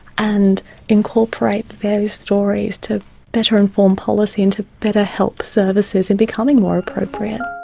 and incorporate their stories to better inform policy and to better help services in becoming more appropriate.